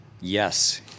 Yes